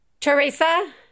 Teresa